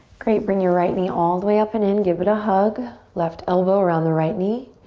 great, bring your right knee all the way up and in. give it a hug. left elbow around the right knee.